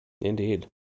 Indeed